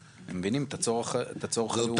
הם מבינים את הצורך הלאומי.